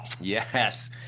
Yes